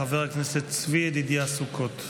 חבר הכנסת צבי ידידיה סוכות.